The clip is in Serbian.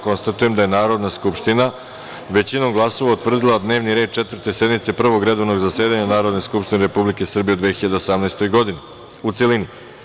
Konstatujem da je Narodna skupština većinom glasova utvrdila dnevni red Četvrte sednice Prvog redovnog zasedanja Narodne skupštine Republike Srbije u 2018. godini u celini.